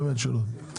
באמת שלא.